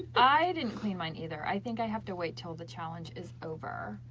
i didn't clean mine either. i think i have to wait till the challenge is over.